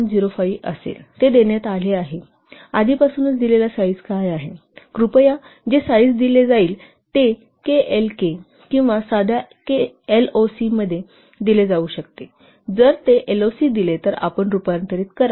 05 असेल आणि ते देण्यात आले आहे की आधीपासून दिलेला साईज काय आहे कृपया जे साईज दिले जाईल ते केएलओसी किंवा साध्या एलओसीमध्ये दिले जाऊ शकते जर ते एलओसी दिले तर आपण केएलओसीमध्ये रुपांतरित करा